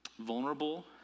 vulnerable